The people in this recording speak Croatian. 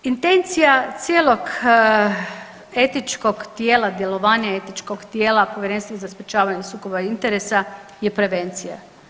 Intencija cijelog etičkog tijela, djelovanja etičkog tijela, Povjerenstva za sprječavanje sukoba interesa je prevencija.